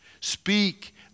speak